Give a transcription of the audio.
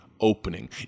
opening